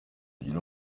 tugire